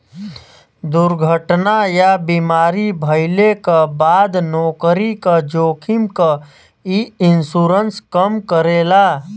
दुर्घटना या बीमारी भइले क बाद नौकरी क जोखिम क इ इन्शुरन्स कम करेला